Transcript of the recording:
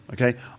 Okay